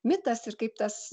mitas ir kaip tas